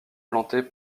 planter